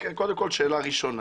קודם כל שאלה ראשונה